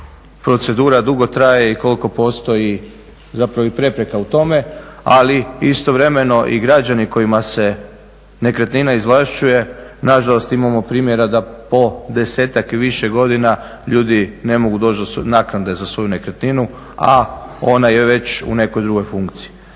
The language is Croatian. procedura dugo traje i koliko postoji zapravo i prepreka u tome ali istovremeno i građani kojima se nekretnina izvlašćuje nažalost imamo primjera da po 10-ak i više godina ljudi ne mogu doći do naknade za svoju nekretninu a ona je već u nekoj drugoj funkciji.